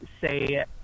say